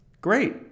Great